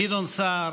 גדעון סער